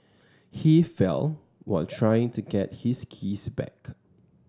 he fell while trying to get his keys back